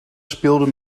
speelden